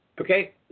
okay